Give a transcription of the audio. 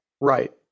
Right